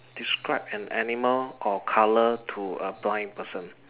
describe an animal or colour to a blind person